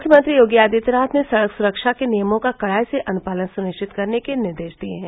मुख्यमंत्री योगी आदित्यनाथ ने सडक सुरक्षा के नियमों का कडाई से अनुपालन सुनिश्चित करने के निर्देश दिये हैं